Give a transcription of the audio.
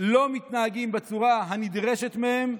לא מתנהגים בצורה הנדרשת מהם,